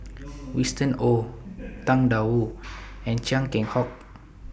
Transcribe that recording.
Winston Oh Tang DA Wu and Chia Keng Hock